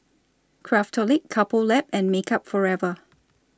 Craftholic Couple Lab and Makeup Forever